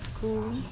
Cool